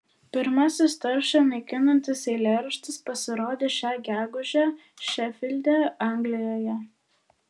pirmasis taršą naikinantis eilėraštis pasirodė šią gegužę šefilde anglijoje